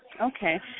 Okay